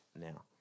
now